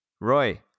Roy